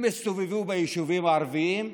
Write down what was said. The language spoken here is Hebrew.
הם הסתובבו ביישובים הערביים,